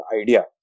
idea